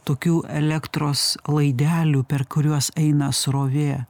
tokių elektros laidelių per kuriuos eina srovė